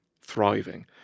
thriving